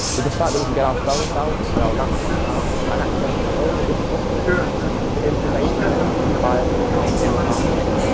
with the fact that we can get our phones out and our laptops out and access not only this footage but information that is unbiased and impartial,